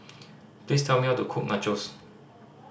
please tell me how to cook Nachos